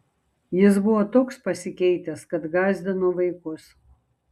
jis buvo toks pasikeitęs kad gąsdino vaikus